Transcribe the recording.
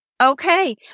Okay